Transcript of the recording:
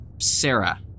Sarah